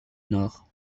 nord